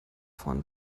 von